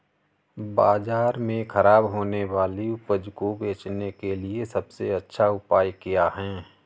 बाज़ार में खराब होने वाली उपज को बेचने के लिए सबसे अच्छा उपाय क्या हैं?